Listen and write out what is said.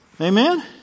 Amen